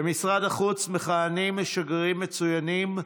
במשרד החוץ מכהנים שגרירים מצוינים,